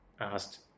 asked